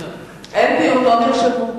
אין דיון, לא נרשמו.